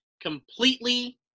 Completely